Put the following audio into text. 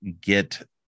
get